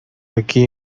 aquí